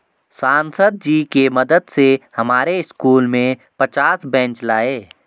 सांसद जी के मदद से हमारे स्कूल में पचास बेंच लाए